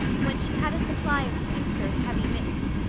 when she had a supply of teamster's heavy mittens,